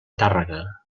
tàrrega